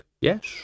yes